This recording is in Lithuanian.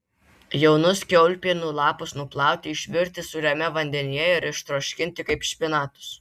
jaunus kiaulpienių lapus nuplauti išvirti sūriame vandenyje ir ištroškinti kaip špinatus